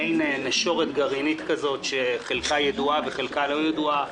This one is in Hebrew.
מעין נשורת גרעינית שחלקה ידועה וחלקה לא ידועה.